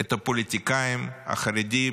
את הפוליטיקאים החרדים,